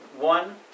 One